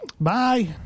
Bye